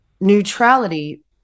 Neutrality